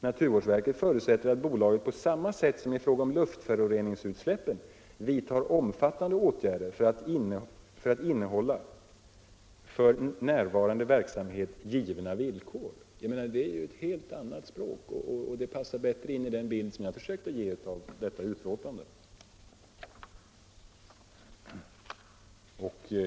Naturvårdsverket förutsätter att bolaget på samma sätt som i fråga om luftföroreningsutsläpp vidtar omfattande åtgärder för att innehålla för nuvarande verksamhet givna villkor.” Det är ett helt annat språk, och det passar bättre in i den bild som jag försökt ge av det här utlåtandet.